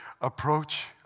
approach